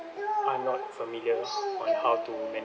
are not familiar on how to